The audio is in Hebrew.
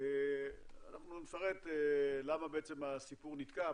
אנחנו נפרט למה בעצם הסיפור נתקע,